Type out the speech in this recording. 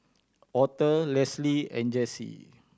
Aurthur Leslie and Jessi